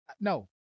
No